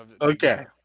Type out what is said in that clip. Okay